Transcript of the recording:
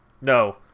No